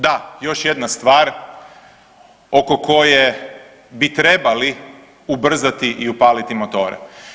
Da, još jedna stvar oko koje bi trebali ubrzati i upaliti motore.